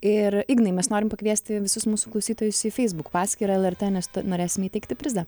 ir ignai mes norim pakviesti visus mūsų klausytojus į feisbuk paskyrą lrt nes to norėsim įteikti prizą